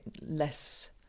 less